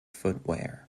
footwear